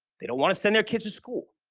they don't want to send their kids to school.